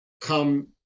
come